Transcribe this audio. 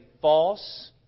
false